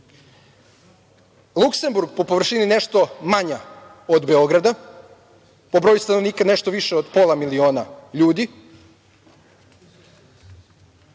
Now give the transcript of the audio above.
Luksemburg, po površini nešto manji od Beograda, po broju stanovnika nešto više od pola miliona ljudi,